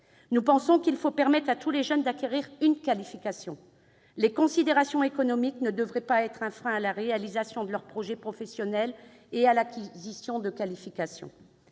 Nous pensons qu'il faut permettre à tous les jeunes d'acquérir une qualification. Les considérations économiques ne devraient pas être un frein à la réalisation de leurs projets professionnels et à l'acquisition de qualifications.